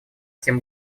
тем